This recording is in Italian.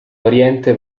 oriente